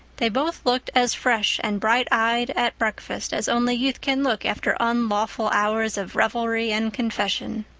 they both looked as fresh and bright-eyed at breakfast as only youth can look after unlawful hours of revelry and confession.